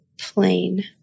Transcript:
plain